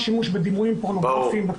וכמובן שימוש בדימויים פורנוגרפיים.